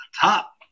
top